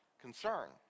concern